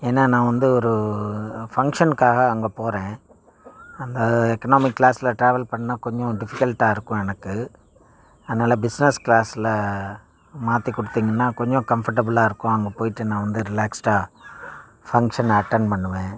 ஏன்னால் நான் வந்து ஒரு ஃபங்க்ஷனுக்காக அங்கே போகிறேன் அந்த எக்கனாமிக் க்ளாஸ்சில் ட்ராவல் பண்ணால் கொஞ்சம் டிஃபிகல்ட்டாக இருக்கும் எனக்கு அதனால பிஸ்னஸ் க்ளாஸ்சில் மாற்றிக் கொடுத்தீங்கனா கொஞ்சம் கம்ஃபர்டபுளாக இருக்கும் அங்கே போய்விட்டு நான் வந்து ரிலாக்ஸுடாக ஃபங்க்ஷன் அட்டன் பண்ணுவேன்